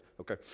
okay